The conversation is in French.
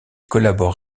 collabore